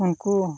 ᱩᱱᱠᱩ